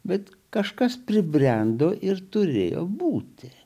bet kažkas pribrendo ir turėjo būti